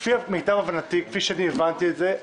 לפי מיטב הבנתי, כפי שאני הבנתי את זה,